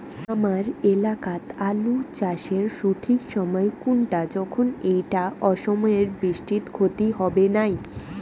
হামার এলাকাত আলু চাষের সঠিক সময় কুনটা যখন এইটা অসময়ের বৃষ্টিত ক্ষতি হবে নাই?